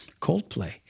Coldplay